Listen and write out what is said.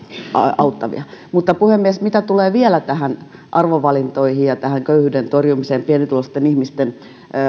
auttavia mutta puhemies mitä tulee vielä näihin arvovalintoihin ja tähän köyhyyden torjumiseen pienituloisten ihmisten